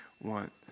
want